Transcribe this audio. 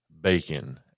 bacon